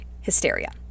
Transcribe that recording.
hysteria